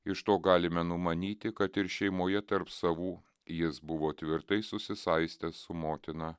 iš to galime numanyti kad ir šeimoje tarp savų jis buvo tvirtai susisaistęs su motina